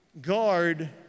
Guard